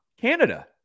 Canada